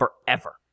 forever